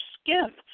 skin